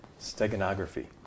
steganography